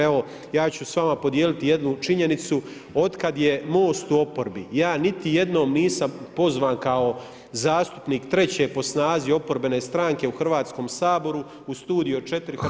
Evo ja ću s vama podijeliti jednu činjenicu, otkad je MOST u oporbi, ja niti jednom nisam pozvan kao zastupnik treće po snazi oporbene strane u Hrvatskom saboru Studio 4 HRT-a.